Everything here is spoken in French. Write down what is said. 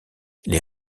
les